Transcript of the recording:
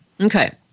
Okay